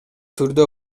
түрдө